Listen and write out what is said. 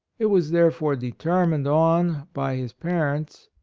it was there fore determined on by his parents,